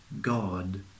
god